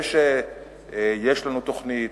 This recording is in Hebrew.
זה שיש לנו תוכנית,